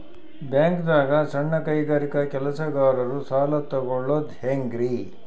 ಬ್ಯಾಂಕ್ದಾಗ ಸಣ್ಣ ಕೈಗಾರಿಕಾ ಕೆಲಸಗಾರರು ಸಾಲ ತಗೊಳದ್ ಹೇಂಗ್ರಿ?